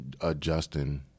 adjusting